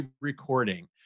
recording